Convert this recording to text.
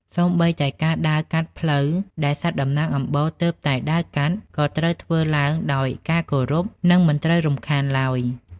សូម្បីតែការដើរកាត់ផ្លូវដែលសត្វតំណាងអំបូរទើបតែដើរកាត់ ក៏ត្រូវធ្វើឡើងដោយការគោរព និងមិនត្រូវរំខានឡើយ។